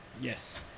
Yes